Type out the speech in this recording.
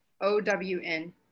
O-W-N